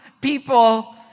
people